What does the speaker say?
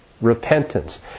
repentance